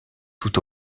tout